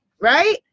right